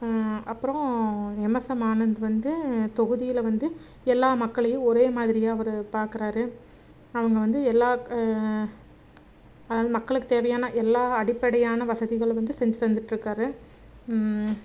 அப்புறம் எம்எஸ்எம் ஆனந்த் வந்து தொகுதியில் வந்து எல்லாம் மக்களையும் ஒரே மாதிரியாக அவர் பார்க்கறாரு அவங்க வந்து எல்லாம் அதாவது மக்களுக்கு தேவையான எல்லாம் அடிப்படையான வசதிகளை வந்து செஞ்சு தந்துகிட்ருக்காரு